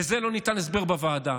לזה לא ניתן הסבר בוועדה.